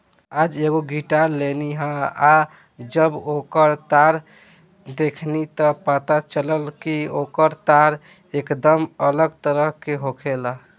आज एगो गिटार लेनी ह आ जब ओकर तार देखनी त पता चलल कि ओकर तार एकदम अलग तरह के होखेला